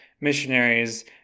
missionaries